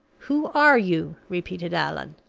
who are you? repeated allan.